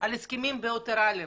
על הסכמים בילטרליים